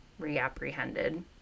reapprehended